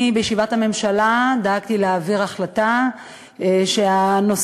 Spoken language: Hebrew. בישיבת הממשלה דאגתי להעביר החלטה שהנושא